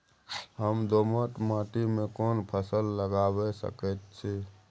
हम दोमट माटी में कोन फसल लगाबै सकेत छी?